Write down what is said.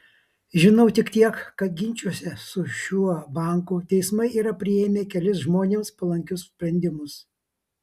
žinau tik tiek kad ginčuose su šiuo banku teismai yra priėmę kelis žmonėms palankius sprendimus